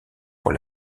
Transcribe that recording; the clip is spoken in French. pour